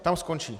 Tam skončí.